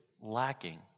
lacking